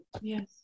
Yes